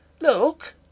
Look